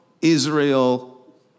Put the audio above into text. Israel